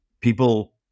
people